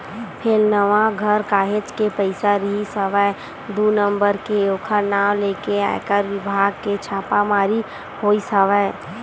फेलनवा घर काहेच के पइसा रिहिस हवय दू नंबर के ओखर नांव लेके आयकर बिभाग के छापामारी होइस हवय